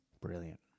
brilliant